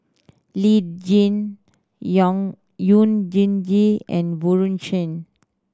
Lee Tjin young yew Jin Gee and Bjorn Shen